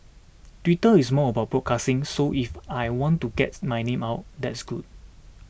Twitter is more about broadcasting so if I want to gets my name out that's good